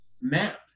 map